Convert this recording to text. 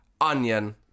onion